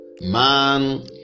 man